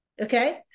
Okay